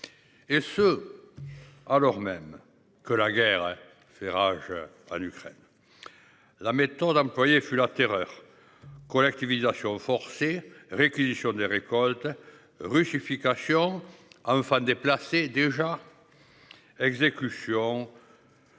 Et ce. Alors même que la guerre fait rage en Ukraine. La méthode employée fut la terreur collectivisation forcée réquisition des récoltes. Russification à un fan. Déjà. Exécution.